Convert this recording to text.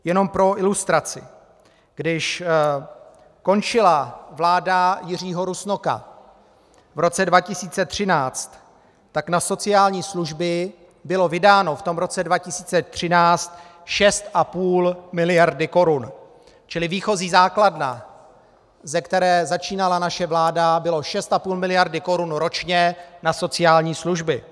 Jenom pro ilustraci, když končila vláda Jiřího Rusnoka v roce 2013, tak na sociální služby bylo vydáno v tom roce 2013 6,5 mld. korun, čili výchozí základna, ze které začínala naše vláda, bylo 6,5 mld. korun ročně na sociální služby.